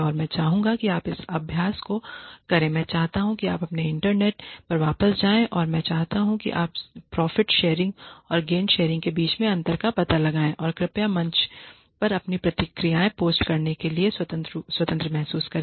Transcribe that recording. और मैं चाहूँगा कि आप इस अभ्यास को करें मैं चाहता हूं कि आप अपने इंटरनेट पर वापस जाएं और मैं चाहता हूं कि आप प्रॉफिट शेयरिंग और गेन शेयरिंग बीच के अंतर का पता लगाएं और कृपया मंच पर अपनी प्रतिक्रियाएँ पोस्ट करने के लिए स्वतंत्र महसूस करें